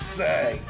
say